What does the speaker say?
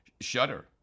shudder